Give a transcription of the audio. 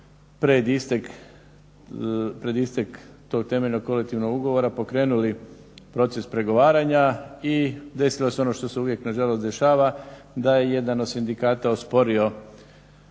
pred istek tog temeljnog kolektivnog ugovora pokrenuli proces pregovaranja i desilo se ono što se uvijek nažalost dešava da je jedan od sindikata osporio